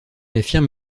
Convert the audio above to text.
affirme